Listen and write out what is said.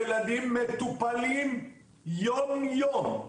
ילדים מטופלים יום, יום,